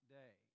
day